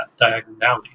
diagonality